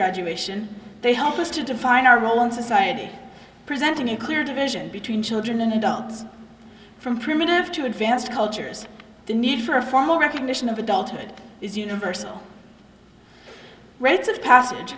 graduation they help us to define our role in society presenting a clear division between children and adults from primitive to advanced cultures the need for formal recognition of adulthood is universal rites of passage